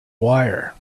wire